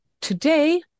today